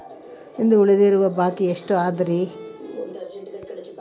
ಇಂದು ಉಳಿದಿರುವ ಬಾಕಿ ಎಷ್ಟು ಅದರಿ?